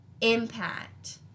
impact